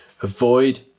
avoid